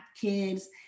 kids